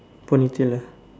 ponytail ah